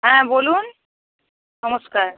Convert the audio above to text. হ্যাঁ বলুন নমস্কার